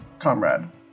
comrade